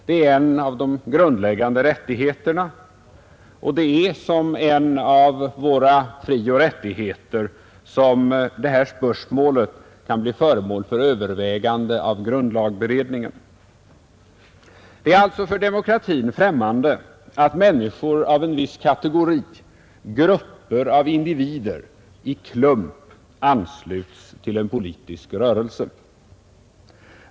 Det är en av de grundläggande rättigheterna, och det är som en av våra frioch rättigheter som detta spörsmål kan bli föremål för övervägande av grundlagberedningen. Det är alltså för demokratin främmande att människor av en viss kategori — grupper av individer — i klump ansluts till en politisk rörelse.